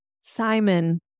Simon